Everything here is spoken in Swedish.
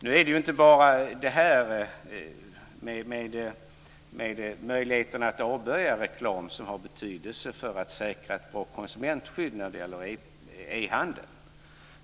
Nu är det inte bara möjligheten att avböja reklam som har betydelse för att säkra ett bra konsumentskydd när det gäller e-handeln.